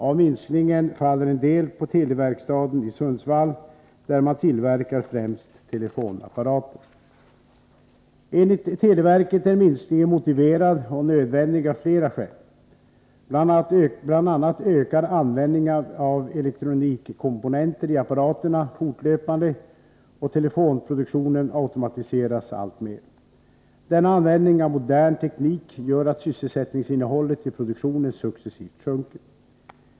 Av minskningen faller en del på Teli-verkstaden i Sundsvall, där man tillverkar främst telefonapparater. Enligt televerket är minskningen motiverad och nödvändig av flera skäl. Bl.a. ökar användningen av elektronikkomponenter i apparaterna fortlöpande, och telefonproduktionen automatiseras alltmer. Denna användning av modern teknik gör att sysselsättningsinnehållet i produktionen successivt sjunker.